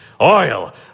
Oil